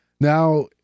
now